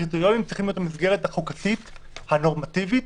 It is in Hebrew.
הקריטריונים צריכים להיות המסגרת החוקתית הנורמטיבית